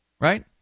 right